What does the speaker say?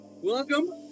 Welcome